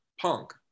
Punk